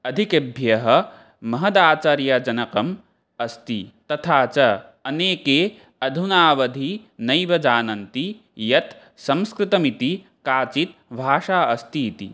अधिकेभ्यः महदाश्चर्यजनकम् अस्ति तथा च अनेके अधुनावधि नैव जानन्ति यत् संस्कृतमिति काचित् भाषा अस्ति इति